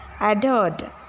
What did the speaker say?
adored